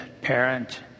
parent